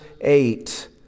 eight